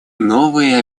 новые